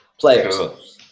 players